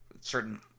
certain